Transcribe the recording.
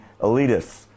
elitists